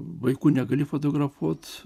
vaikų negali fotografuot